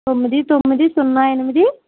తొమ్మిది తొమ్మిది సున్నా ఎనిమిది